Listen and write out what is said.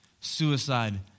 suicide